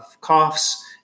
coughs